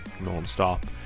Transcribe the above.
non-stop